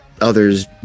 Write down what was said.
others